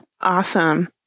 Awesome